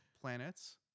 Planets